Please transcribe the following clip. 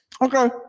Okay